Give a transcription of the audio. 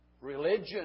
Religion